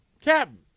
Captain